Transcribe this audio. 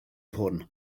hwn